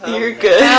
you're good.